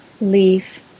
leaf